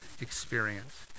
experience